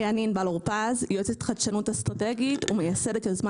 אני יועצת חדשנות אסטרטגית ומייסדת ארגון